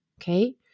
okay